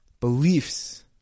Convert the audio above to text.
beliefs